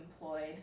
employed